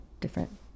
different